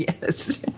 Yes